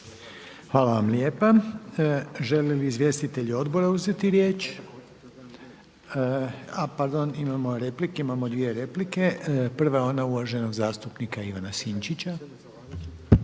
Hvala vam lijepa. Žele li izvjestitelji odbora uzeti riječ? A pardon, imamo replike, imamo dvije replike. Prva je ona uvaženo zastupnika Ivana Sinčića.